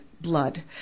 blood